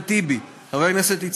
חבר הכנסת אחמד טיבי,